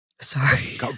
sorry